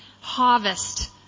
harvest